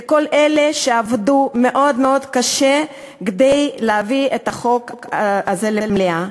לכל אלה שעבדו מאוד מאוד קשה כדי להביא את החוק הזה למליאה.